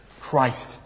Christ